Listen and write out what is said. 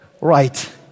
Right